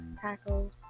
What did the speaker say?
tackle